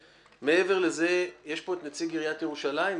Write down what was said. מעבר לזה, יש פה את נציג עיריית ירושלים?